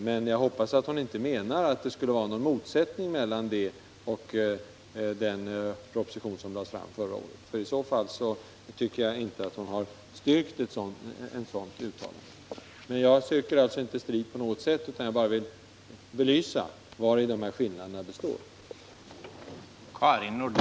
Men jag hoppas att hon inte menar att det skulle vara någon motsättning mellan det och den proposition som lades fram förra året, för hon har inte styrkt ett sådant uttalande. Jag söker alltså inte strid på något sätt, utan jag vill bara belysa den omtalade skillnaden mellan de två propositionerna.